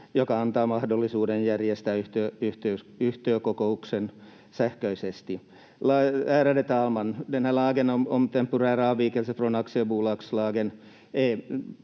joka antaa mahdollisuuden järjestää yhtiökokous sähköisesti. Ärade talman! Den här lagen om temporära avvikelser från aktiebolagslagen